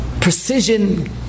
precision